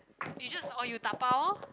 you just or you dabao